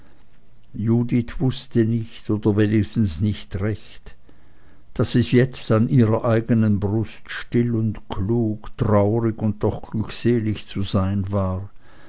judith wußte nicht oder wenigstens nicht recht daß es jetzt an ihrer eigenen brust still und klug traurig und doch glückselig zu sein war